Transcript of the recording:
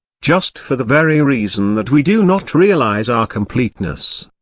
just for the very reason that we do not realise our completeness.